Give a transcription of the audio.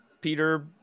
Peter